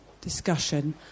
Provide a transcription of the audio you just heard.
discussion